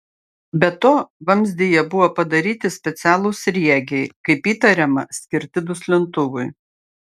be to vamzdyje buvo padaryti specialūs sriegiai kaip įtariama skirti duslintuvui